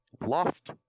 lost